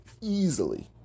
easily